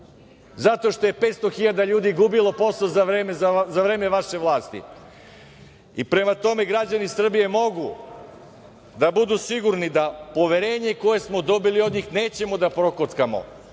Zato što je 500.000 ljudi gubilo posao za vreme vaše vlasti. Prema tome, građani Srbije mogu da budu sigurni da poverenje koje smo dobili od njih nećemo da prokockamo.